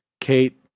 Kate